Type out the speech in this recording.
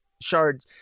Shard